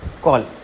call